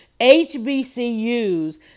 HBCUs